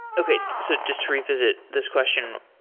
okay. so just to revisit this question,